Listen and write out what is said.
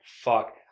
fuck